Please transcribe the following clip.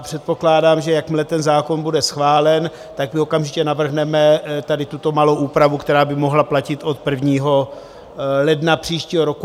Předpokládám, že jakmile ten zákon bude schválen, my okamžitě navrhneme tuto malou úpravu, která by mohla platit od 1. ledna příštího roku.